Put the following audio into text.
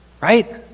right